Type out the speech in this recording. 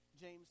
James